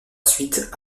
suite